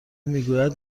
میگوید